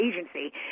agency